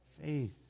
faith